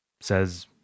says